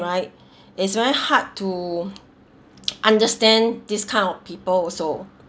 right it's very hard to understand this kind of people also